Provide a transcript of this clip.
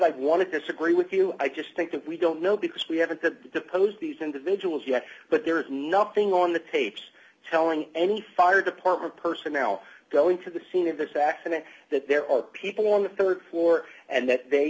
i want to disagree with you i just think that we don't know because we haven't had deposed these individuals yet but there is nothing on the tapes telling any fire department personnel going to the scene of this accident that there are people ringback on the rd floor and that